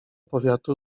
powiatu